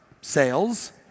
sales